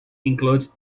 includes